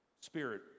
Spirit